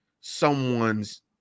someone's